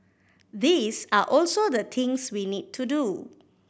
these are also the things we need to do